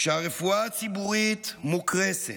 כשהרפואה הציבורית מוקרסת,